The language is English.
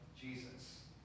Jesus